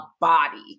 body